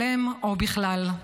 שלם או בכלל.